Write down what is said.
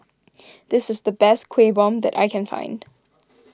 this is the best Kuih Bom that I can find